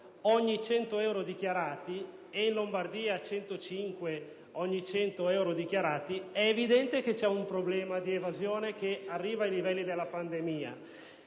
ogni 100 euro dichiarati e in Lombardia 105 ogni 100 euro dichiarati, è evidente che c'è un problema di evasione che arriva ai livelli della pandemia;